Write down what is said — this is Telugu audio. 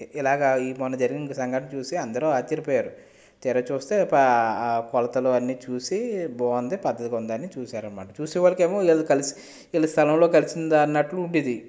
ఇలాగ మొన్న జరిగిన సంఘటన చూసి అందరూ ఆశ్చర్యపోయారు తీరా చూస్తే ఆ కొలతలు అన్ని చూసి బాగుంది పద్ధతిగా ఉందని చూశారు అన్నమాట చూసేవాళ్ళకేమో వీళ్ళ కలిసి వీళ్ళ స్థలంలో కలిసిందా అన్నట్లు ఉండేది